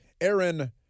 Aaron